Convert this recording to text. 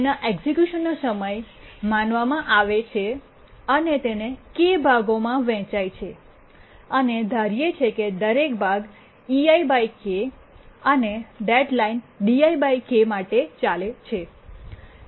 તેના એક્ઝેક્યુશનનો સમય માનવામાં આવે છે અને તેને કે ભાગોમાં વહેંચાય છે અને ધારે છે કે દરેક ભાગ અને ડેડલાઇન માટે ચાલે છે